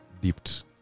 dipped